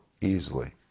easily